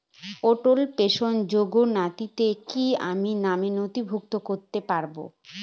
অটল pension যোজনাতে কি আমি নাম নথিভুক্ত করতে পারবো?